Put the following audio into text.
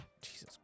Jesus